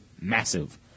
massive